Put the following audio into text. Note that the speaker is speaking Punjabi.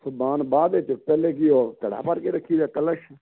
ਸਮਾਨ ਬਾਅਦ ਵਿਚ ਪਹਿਲੇ ਕੀ ਉਹ ਘੜਾ ਭਰ ਕੇ ਰੱਖੀਦਾ ਕਲਸ਼